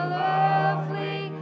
lovely